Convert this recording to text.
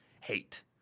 hate